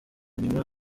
nyuma